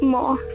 More